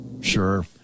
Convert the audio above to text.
Sure